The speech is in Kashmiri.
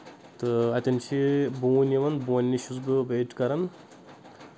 تہٕ اَتؠن چھِ بوٗنۍ یِوان بونہِ نِش چھُس بہٕ ویٹ کران